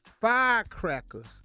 firecrackers